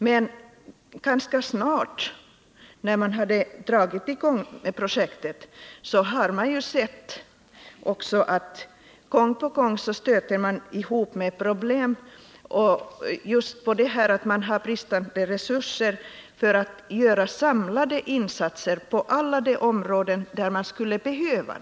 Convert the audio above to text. Men sedan det hade dragits i gång stötte man snabbt på problem just på grund av att man har bristande resurser för att göra samlade insatser på alla de områden där sådana skulle behövas.